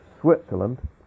Switzerland